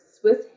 Swiss